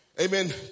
amen